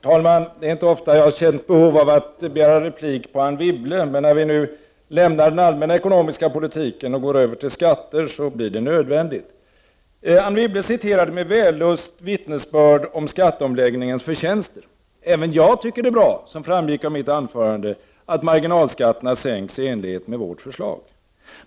Herr talman! Det är inte ofta som jag har känt ett behov av att begära replik på Anne Wibble. Men när vi nu lämnar den allmänna ekonomiska politiken och går över till skatterna blir det nödvändigt. Anne Wibble citerade med vällust vittnesbörd om skatteomläggningens förtjänster. Även jag tycker att det är bra, som framgick av mitt huvudanförande, att marginalskatterna sänks i enlighet med vårt förslag.